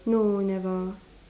no never